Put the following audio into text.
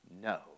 no